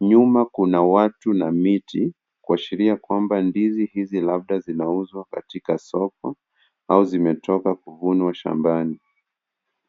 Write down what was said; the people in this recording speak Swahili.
Nyuma kuna watu na miti kuashiria kwamba ndizi hizi labda zinauzwa katika soko au zimetoka kuvunwa shambani.